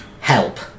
help